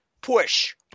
push